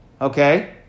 okay